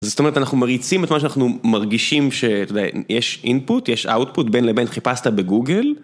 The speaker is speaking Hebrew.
זאת אומרת אנחנו מריצים את מה שאנחנו מרגישים שיש input יש output בין לבין חיפשת בגוגל,